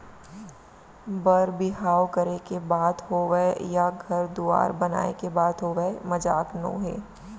बर बिहाव करे के बात होवय या घर दुवार बनाए के बात होवय मजाक नोहे